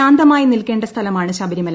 ശാന്തമായി നിൽക്കേണ്ട സ്ഥലമാണ് ശബരിമല